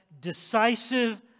decisive